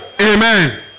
Amen